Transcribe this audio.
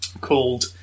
called